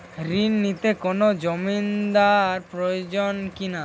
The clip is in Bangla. ঋণ নিতে কোনো জমিন্দার প্রয়োজন কি না?